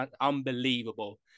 unbelievable